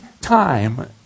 time